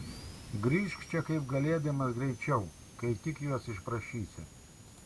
grįžk čia kaip galėdamas greičiau kai tik juos išprašysi